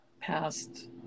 past